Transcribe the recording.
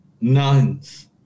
Nuns